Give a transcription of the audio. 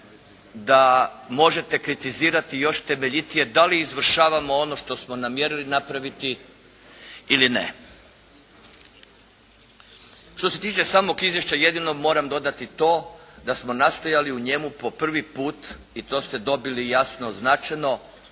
da možete kritizirati još temeljitije da li izvršavamo ono što smo namjerili napraviti ili ne. Što se tiče samog izvješća jedino moram dodati to da smo nastojali u njemu po prvi put i to ste dobili jasno naznačeno